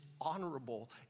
honorable